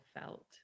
felt